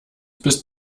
bis